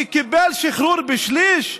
שקיבל שחרור בשליש?